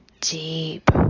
deep